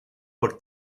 por